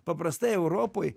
paprastai europoj